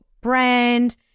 brand